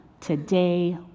today